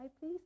please